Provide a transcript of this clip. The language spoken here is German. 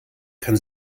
kann